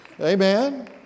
Amen